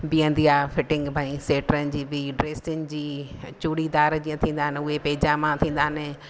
बीहंदी आहे फिटिंग भई स्वेटरनि जी बि ड्रेसियुनि जी चूड़ीदार जीअं थींदा उहा पंहिंजा मां थींदा आहिनि